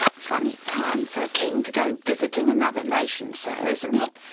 funny time for a king to go visiting another nation, sir, isn't it,